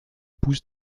pousse